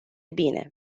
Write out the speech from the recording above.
bine